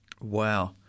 Wow